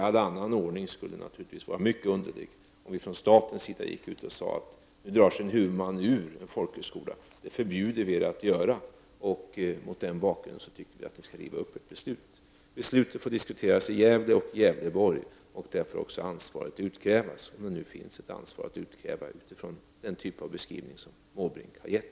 All annan ordning skulle naturligtvis vara mycket underlig, t.ex. om vi från statens sida, när en huvudman drar sig ur en folkhögskola, gick ut och sade att vi förbjuder er att göra detta och tycker att ni skall riva upp ert beslut. Beslutet får diskuteras i Gävle och i Gävleborgs län. Där får också ansvaret utkrävas, om det nu finns ett ansvar att utkräva, utifrån den typ av beskrivning som Bertil Måbrink har gett.